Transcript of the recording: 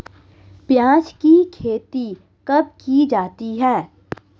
प्याज़ की खेती कब की जाती है?